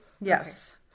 Yes